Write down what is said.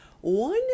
One